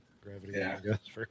gravity